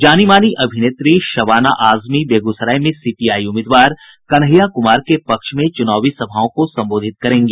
जानी मानी अभिनेत्री शबाना आजमी बेगूसराय में सीपीआई उम्मीदवार कन्हैया कुमार के पक्ष में चुनावी सभाओं को संबोधित करेंगी